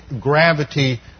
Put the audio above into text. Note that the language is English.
gravity